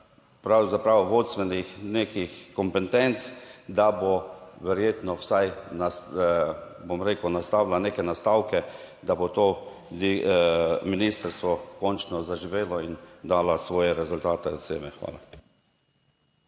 (Nadaljevanje) kompetenc, da bo verjetno vsaj na, bom rekel, nastavila neke nastavke, da bo to ministrstvo končno zaživelo in dala svoje rezultate od sebe. Hvala.